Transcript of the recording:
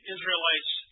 Israelites